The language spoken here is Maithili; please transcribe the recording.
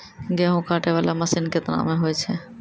गेहूँ काटै वाला मसीन केतना मे होय छै?